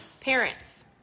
Parents